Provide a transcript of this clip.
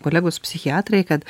kolegos psichiatrai kad